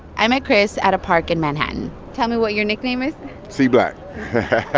i met chris at a park in manhattan tell me what your nickname is c black.